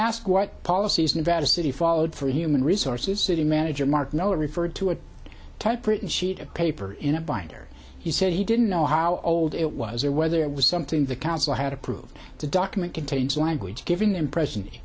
ask what policies nevada city followed for human resources city manager mark knoller referred to a typewritten sheet of paper in a binder he said he didn't know how old it was or whether it was something the council had approved the document contains language giving the impression it